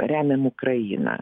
remiam ukrainą